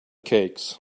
cakes